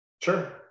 Sure